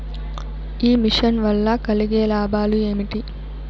ఈ మిషన్ వల్ల కలిగే లాభాలు ఏమిటి?